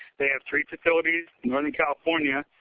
they have three facilities. one in california.